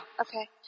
Okay